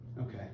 Okay